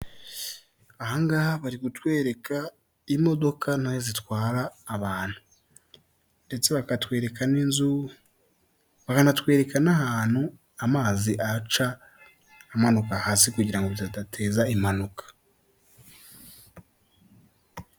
Ahangaha bari kutwereka imodoka nayo zitwara abantu ndetse bakatwereka n'inzu bakanatwereka n'ahantu amazi aca amanuka hasi kugira ngo adateza impanuka.